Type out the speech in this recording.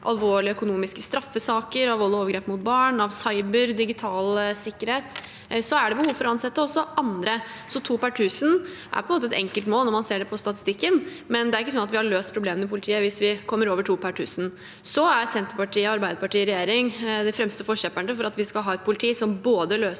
alvorlige økonomiske straffesaker, av vold og overgrep mot barn og av cybersikkerhet er det behov for å ansette også andre. Så to per tusen er på en måte et enkelt mål når man ser det på statistikken, men det er ikke sånn at vi har løst problemene i politiet hvis vi kommer over to per tusen. Senterpartiet og Arbeiderpartiet i regjering er de fremste forkjemperne for at vi skal ha et politi som både løser